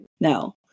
No